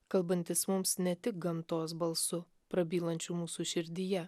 kalbantis mums ne tik gamtos balsu prabylančiu mūsų širdyje